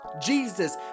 Jesus